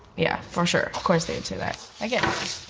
yeah, for sure. of course they'd say that. thank yeah